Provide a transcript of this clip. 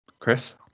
Chris